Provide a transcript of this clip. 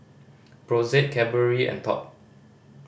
Brotzeit Cadbury and Top